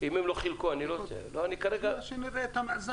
אם הם לא חילקו --- שנראה את המאזן.